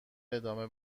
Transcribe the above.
ادامه